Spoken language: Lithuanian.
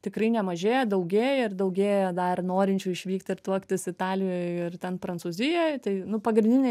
tikrai nemažėja daugėja ir daugėja dar norinčių išvykti ir tuoktis italijoj ir ten prancūzijoj tai nu pagrindinė